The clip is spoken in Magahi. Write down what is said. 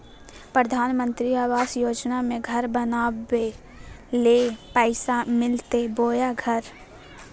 प्रधानमंत्री आवास योजना में घर बनावे ले पैसा मिलते बोया घर?